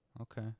Okay